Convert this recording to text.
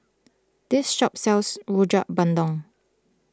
this shop sells Rojak Bandung